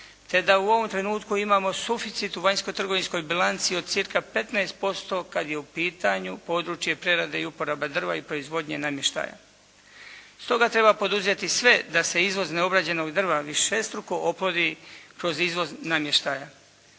te da u ovom trenutku imamo suficit u vanjskotrgovinskog bilanci od cca 15% kada je u pitanju područje prerade i uporabe drva i proizvodnje namještaja. Stoga treba poduzeti sve da se izvoz neobrađenog drva višestruko …/Govornik se ne